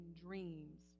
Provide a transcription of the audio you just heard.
dreams